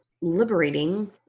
liberating